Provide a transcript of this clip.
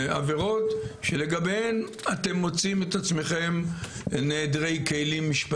עבירות שלגביהן אתם מוצאים את עצמכם נעדרי כלים משפטיים?